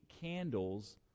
candles